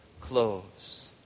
clothes